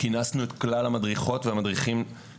כינסנו את כלל המדריכים לשיחות,